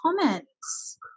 comments